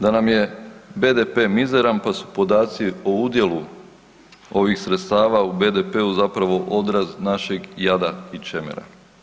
Da nam je BDP mizeran pa su podaci o udjelu ovih sredstava u BDP-u zapravo odraz našeg jada i čemera.